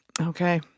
Okay